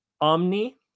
Omni